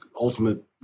ultimate